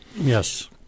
Yes